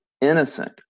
innocent